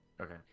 Okay